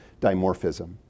dimorphism